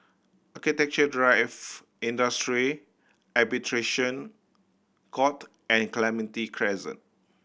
Architecture Drive Industrial Arbitration Court and Clementi Crescent